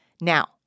Now